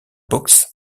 books